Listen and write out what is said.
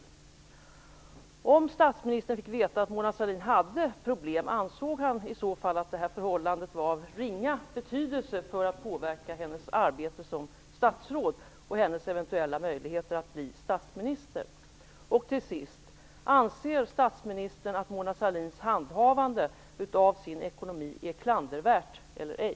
Om statsministern fick veta att Mona Sahlin hade problem, ansåg han då att det förhållandet var av ringa betydelse för att påverka hennes arbete som statsråd och hennes eventuella möjligheter att bli statsminister? Till sist: Anser statsministern att Mona Sahlins handhavande av sin ekonomi är klandervärt eller ej?